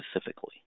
specifically